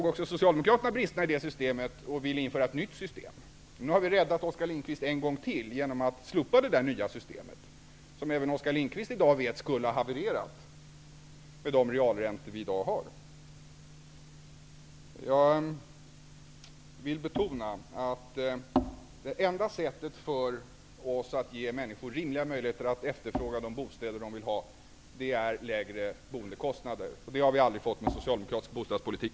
Också Socialdemokraterna insåg bristerna i detta system och ville införa ett nytt system. Genom att slopa även det systemet har vi räddat Oskar Lindkvist en gång till. Som Oskar Lindkvist vet skulle detta system ha havererat med dagens realräntor. Jag vill betona att det enda sättet för oss att ge människor rimliga möjligheter att efterfråga de bostäder som de vill ha är lägre boendekostnader. Det hade vi aldrig kunnat få med socialdemokratisk bostadspolitik.